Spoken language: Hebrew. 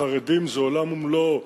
החרדים זה עולם ומלואו,